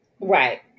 Right